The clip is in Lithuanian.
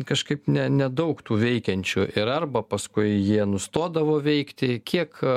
kažkaip ne nedaug tų veikiančių ir arba paskui jie nustodavo veikti kiek